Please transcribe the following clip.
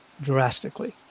drastically